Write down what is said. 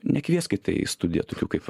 nekvieskite į studiją tokių kaip